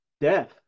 death